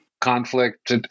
conflict